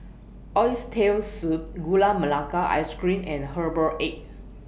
Oxtail Soup Gula Melaka Ice Cream and Herbal Egg